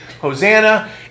Hosanna